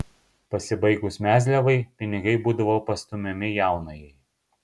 pasibaigus mezliavai pinigai būdavo pastumiami jaunajai